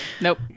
Nope